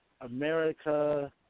America